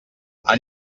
han